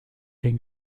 den